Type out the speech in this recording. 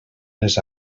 les